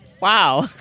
wow